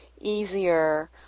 easier